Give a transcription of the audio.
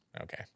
Okay